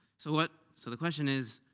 so but so the question is,